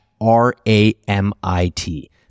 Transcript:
R-A-M-I-T